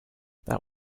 that